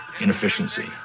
inefficiency